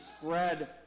spread